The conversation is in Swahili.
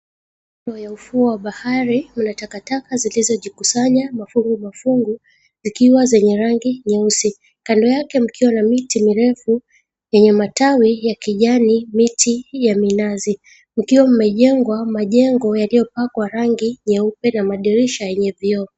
Kando ya ufuo wa bahari, mna takataka zilizojikusanya mafungu mafungu ikiwa zenye rangi nyeusi kando yake, mkiwa na miti mirefu yenye matawi ya kijani, miti ya minazi ukiwa umejengwa majengo yaliyopakwa rangi nyeupe na madirisha yenye vyoo.